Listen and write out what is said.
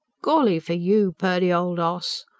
golly for you, purdy, old oss!